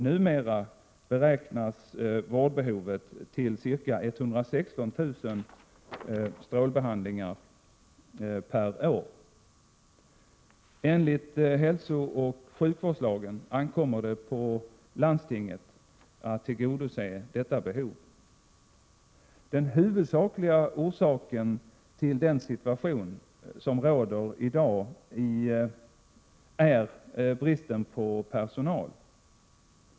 Numera beräknas vårdbehovet till ca 116 000 strålbehandlingar per år. Enligt hälsooch sjukvårdslagen ankommer det på landstinget att tillgodose detta behov. Den huvudsakliga orsaken till den situation som råder i dag är bristen på personal.